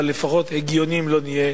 אבל לפחות הגיוניים לא נהיה.